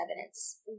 evidence